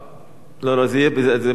זה ממש כמה שניות,